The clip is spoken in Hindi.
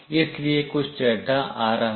इसलिए कुछ डेटा आ रहा हैं